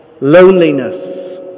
loneliness